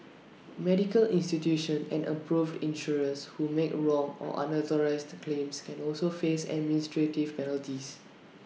medical institutions and approved insurers who make wrong or unauthorised claims can also face administrative penalties